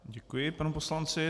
Děkuji panu poslanci.